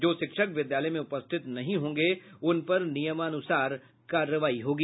जो शिक्षक विद्यालय में उपस्थित नहीं होंगे उन पर नियमानुसार कार्रवाई होगी